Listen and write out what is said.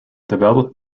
developed